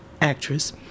actress